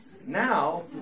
Now